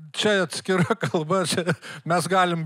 čia atskira kalba čia mes galim